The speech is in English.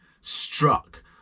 struck